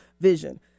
vision